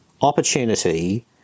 opportunity